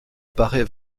paraît